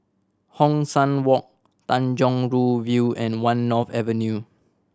Hong San Walk Tanjong Rhu View and One North Avenue